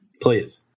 please